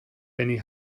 benny